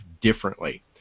differently